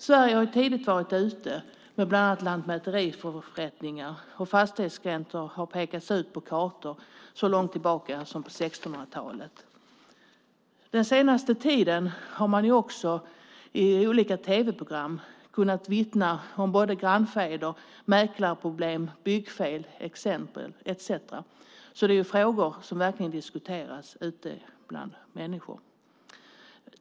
Sverige har tidigt varit ute med bland annat lantmäteriförrättningar, och fastighetsgränser har pekats ut på kartor så långt tillbaka som på 1600-talet. Den senaste tiden har man också i olika tv-program fått bevittna grannfejder, mäklarproblem, byggfel etcetera. Det är frågor som verkligen diskuteras ute bland människor.